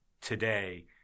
today